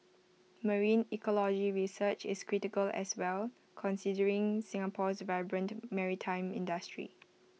marine ecology research is critical as well considering Singapore's vibrant maritime industry